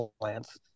plants